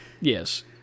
Yes